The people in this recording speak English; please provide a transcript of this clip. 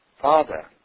Father